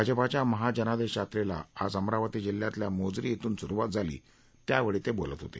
भाजपाच्या महाजनादेश यात्रेला आज अमरावती जिल्ह्यातल्या मोझरी इथून सुरुवात झाली त्यावेळी ते बोलत होते